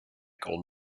gold